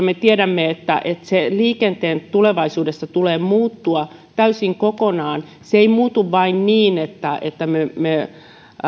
me tiedämme että liikenteen tulevaisuudessa tulee muuttua täysin kokonaan se ei muutu vain niin että että me